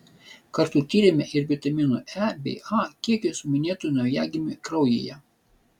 kartu tyrėme ir vitaminų e bei a kiekius minėtų naujagimių kraujyje